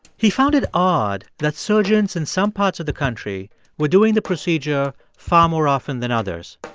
he found it odd that surgeons in some parts of the country were doing the procedure far more often than others.